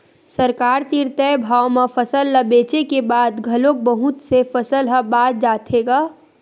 सरकार तीर तय भाव म फसल ल बेचे के बाद घलोक बहुत से फसल ह बाच जाथे गा